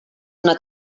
una